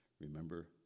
Remember